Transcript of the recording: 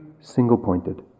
single-pointed